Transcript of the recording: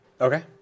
Okay